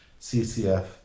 CCF